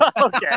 Okay